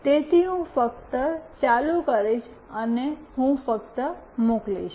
તેથી હું ફક્ત ચાલુ કરીશ અને હું ફક્ત મોકલીશ